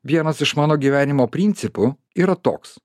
vienas iš mano gyvenimo principų yra toks